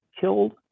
killed